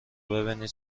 ببینید